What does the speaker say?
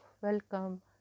welcome